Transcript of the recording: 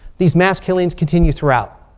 these mass killings continue throughout.